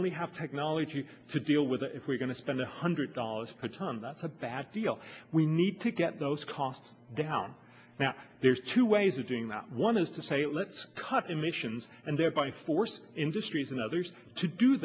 only have technology to deal with it if we're going to spend a hundred dollars per tonne that's a bad deal we need to get those costs down now there's two ways of doing that one is to say let's cut emissions and thereby force industries and others to do